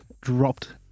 dropped